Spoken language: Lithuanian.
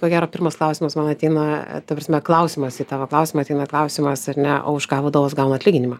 ko gero pirmas klausimas man ateina ta prasme klausimas į tavo klausimą ateina klausimas ar ne o už ką vadovas gauna atlyginimą